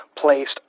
placed